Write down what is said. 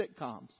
sitcoms